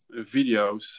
videos